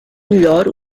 melhor